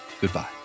Goodbye